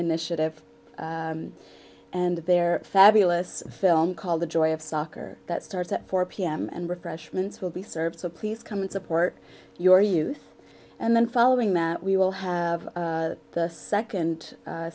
initiative and their fabulous film called the joy of soccer that starts at four pm and refreshments will be served so please come and support your youth and then following that we will have the second